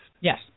Yes